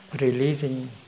releasing